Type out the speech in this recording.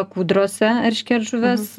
kūdrose eršketžuves